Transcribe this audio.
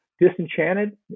disenchanted